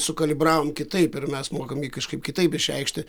sukalibravom kitaip ir mes mokam jį kažkaip kitaip išreikšti